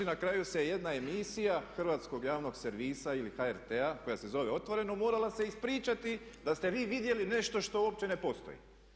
Na kraju se jedna emisija hrvatskog javnog servisa ili HRT-a koja se zove Otvoreno morala se ispričati da ste vi vidjeli nešto što uopće ne postoji.